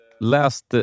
last